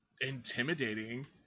intimidating